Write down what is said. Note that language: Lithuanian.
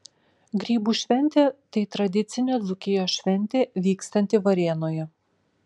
grybų šventė tai tradicinė dzūkijos šventė vykstanti varėnoje